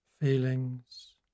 feelings